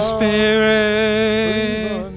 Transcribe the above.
Spirit